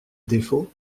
défaut